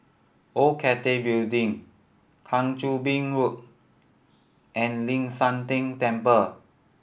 Old Cathay Building Kang Choo Bin Road and Ling San Teng Temple